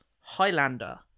Highlander